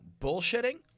bullshitting